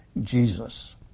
Jesus